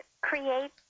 create